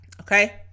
Okay